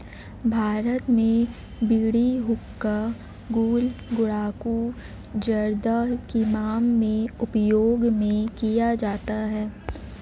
भारत में बीड़ी हुक्का गुल गुड़ाकु जर्दा किमाम में उपयोग में किया जाता है